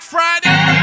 Friday